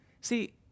see